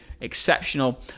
exceptional